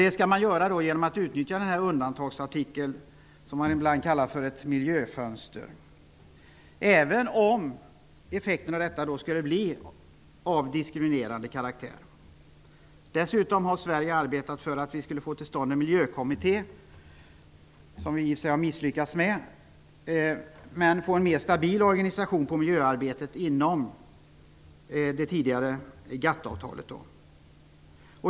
Detta skall ske genom utnyttjande av undantagsartikeln -- som ibland kallas ett miljöfönster -- även om effekterna skulle bli av diskriminerande karaktär. Sverige har dessutom arbetat för att få till stånd en miljökommitté, något som vi har misslyckats med, och för att ge en mer stabil organisation åt miljöarbetet inom ramen för GATT-avtalet.